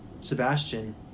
Sebastian